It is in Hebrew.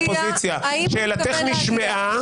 האיומים האלה לא מפחידים,